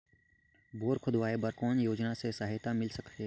Bore खोदवाय बर कौन योजना ले सहायता मिल सकथे?